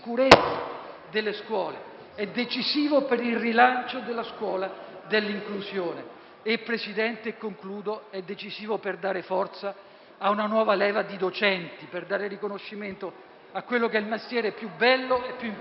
è decisivo per il rilancio della scuola dell'inclusione e, signor Presidente, è decisivo per dare forza ad una nuova leva di docenti e dare riconoscimento al mestiere più bello e più importante.